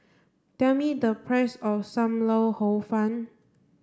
tell me the price of Sam Lau Hor Fun